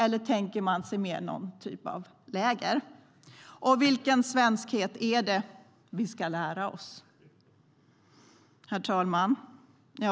Eller tänker man sig mer någon typ av läger? Vilken svenskhet är det vi ska lära oss? Herr talman!